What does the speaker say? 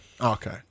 Okay